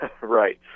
Right